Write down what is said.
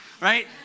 Right